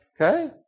okay